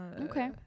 okay